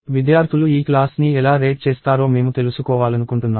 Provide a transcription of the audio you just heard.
విద్యార్థులు ఈ క్లాస్ ని ఎలా రేట్ చేస్తారో మేము తెలుసుకోవాలనుకుంటున్నాము